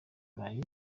bari